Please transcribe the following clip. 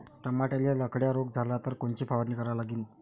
टमाट्याले लखड्या रोग झाला तर कोनची फवारणी करा लागीन?